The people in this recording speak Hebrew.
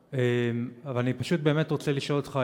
אני לא חושב שאני צריך.